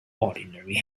ordinary